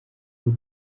ubu